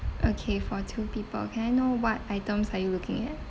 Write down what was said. okay for two people can I know what items are you looking at